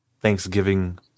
Thanksgiving